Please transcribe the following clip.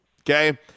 Okay